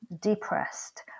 depressed